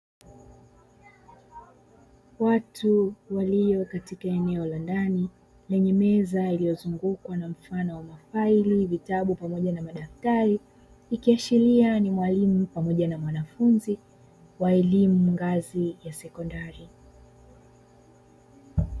Watu walio katika eneo la ndani lenye meza iliyozungukwa na mfano wa mafaili, vitabu , pamoja na madaftari, ikiashiria ni mwalimu pamoja na mwanafunzi wa elimu ngazi ya sekondari.